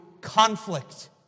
conflict